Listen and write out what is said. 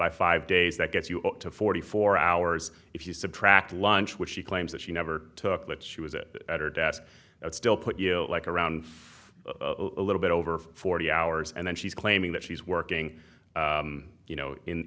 by five days that gets you to forty four hours if you subtract lunch which she claims that she never took but she was it at her desk that still put you like around a little bit over forty hours and then she's claiming that she's working you know in